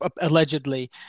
allegedly